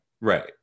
right